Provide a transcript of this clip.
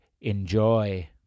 Enjoy